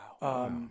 Wow